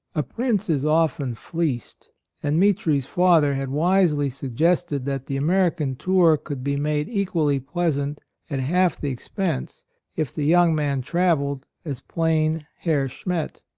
a prince is often fleeced and mitri's father had wisely suggested that the american tour could be made equally pleasant at half the expense if the young man travelled as plain herr schmet.